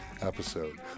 episode